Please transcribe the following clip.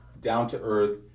down-to-earth